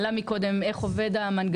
עלה פה מקודם על איך עובד המנגנון.